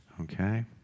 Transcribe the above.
Okay